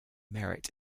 merit